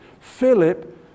Philip